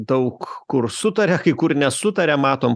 daug kur sutaria kai kur nesutaria matom